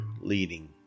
leading